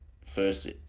first